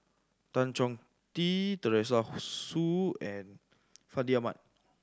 Tan Chong Tee Teresa Hsu and Fandi Ahmad